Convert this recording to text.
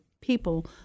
people